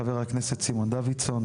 חבר הכנסת סימון דוידסון.